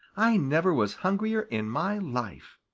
i never was hungrier in my life.